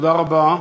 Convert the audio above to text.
תודה רבה.